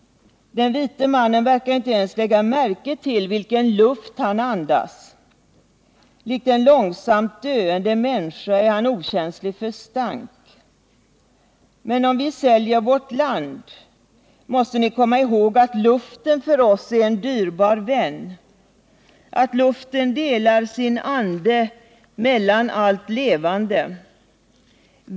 Den vite mannen verkar inte ens lägga märke till vilken luft han andas. Likt en långsamt döende människa är han okänslig för stank. Men om vi säljer vårt land, måste ni komma ihåg att luften för oss är en dyrbar vän, att luften delar sin ande mellan allt levande.